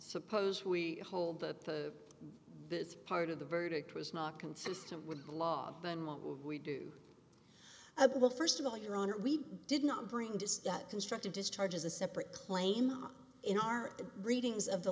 suppose we hold both part of the verdict was not consistent with the law then what will we do well first of all your honor we did not bring to construct a discharge as a separate claim in our readings of the